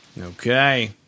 Okay